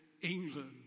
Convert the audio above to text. England